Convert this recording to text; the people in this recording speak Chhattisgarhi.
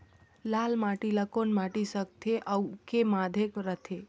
लाल माटी ला कौन माटी सकथे अउ के माधेक राथे?